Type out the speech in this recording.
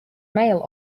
male